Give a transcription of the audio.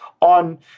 on